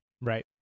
Right